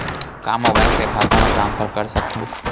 का मोबाइल से खाता म ट्रान्सफर कर सकथव?